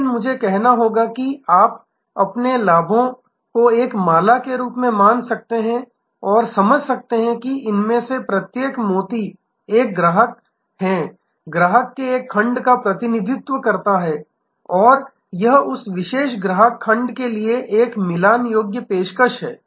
लेकिन मुझे कहना होगा कि आप अपने लाभों को एक माला के रूप में मान सकते हैं और समझ सकते हैं कि इनमें से प्रत्येक मोती एक प्रकार के ग्राहक ग्राहक के एक खंड का प्रतिनिधित्व करता है और यह उस विशेष ग्राहक खंड के लिए एक मिलान योग्य पेशकश है